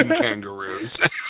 kangaroos